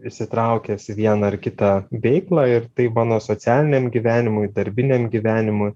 įsitraukęs į vieną ar kitą veiklą ir tai mano socialiniam gyvenimui darbiniam gyvenimui